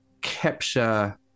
capture